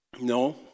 No